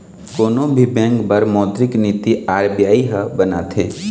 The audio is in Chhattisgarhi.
कोनो भी बेंक बर मोद्रिक नीति आर.बी.आई ह बनाथे